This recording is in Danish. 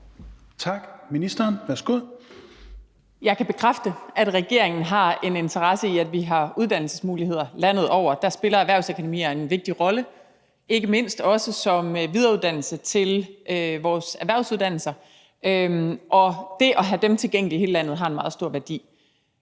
Halsboe-Jørgensen): Jeg kan bekræfte, at regeringen har en interesse i, at vi har uddannelsesmuligheder landet over. Der spiller erhvervsakademierne en vigtig rolle, ikke mindst også som videreuddannelse til vores erhvervsuddannelser. Det at have dem tilgængelige i hele landet har en meget stor værdi.